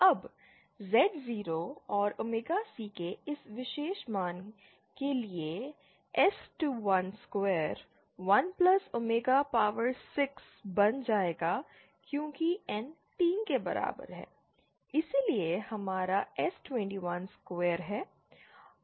अब Z0 और omega C के इस विशेष मान के लिए S21 स्क्वायर 1 ओमेगा पावर 6 बन जाएगा क्योंकि N 3 के बराबर है इसलिए यह हमारा S21 स्क्वायर है